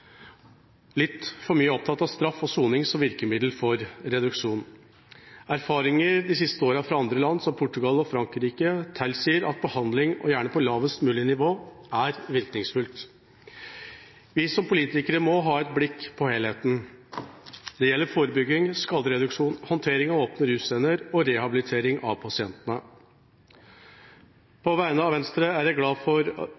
litt for mye opptatt av straff og soning som virkemiddel for skadereduksjon. Erfaringer de siste åra fra andre land som Portugal og Frankrike tilsier at behandling og hjelp på lavest mulig nivå er virkningsfullt. Vi som politikere må ha et blikk på helheten. Det gjelder forebygging, skadereduksjon, håndtering av åpne russcener og rehabilitering av pasientene. På vegne av Venstre er jeg glad for